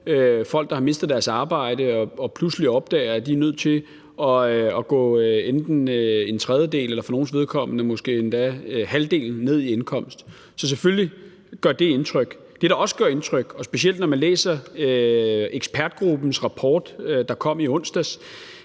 folk, der har mistet deres arbejde og pludselig opdager, at de er nødt til at gå enten en tredjedel eller for nogles vedkommende endda halvt ned i indkomst. Selvfølgelig gør det indtryk. Det, der også gør indtryk, og specielt når man læser ekspertgruppens rapport, der kom i onsdags,